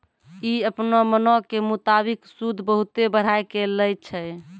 इ अपनो मनो के मुताबिक सूद बहुते बढ़ाय के लै छै